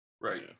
Right